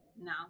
No